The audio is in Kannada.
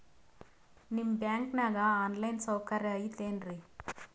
ನಿಮ್ಮ ಬ್ಯಾಂಕನಾಗ ಆನ್ ಲೈನ್ ಸೌಕರ್ಯ ಐತೇನ್ರಿ?